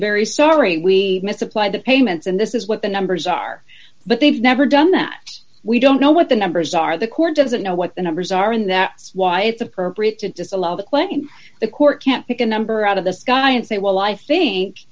very sorry we misapplied the payments and this is what the numbers are but they've never done that we don't know what the numbers are the court doesn't know what the numbers are in that why it's appropriate to disallow when the court can't pick a number out of the sky and say well i think